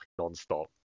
nonstop